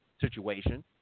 situation